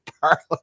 Parliament